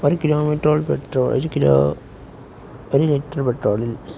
ഒരു കിലോ മീറ്ററോൾ പെട്രോൾ ഒരു കിലോ ഒരു ലിറ്റർ പെട്രോളിൽ